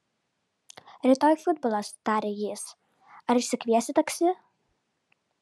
rytoj futbolas tarė jis ar išsikviesi taksi